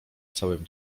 całym